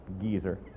geezer